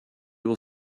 will